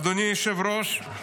אדוני היושב-ראש,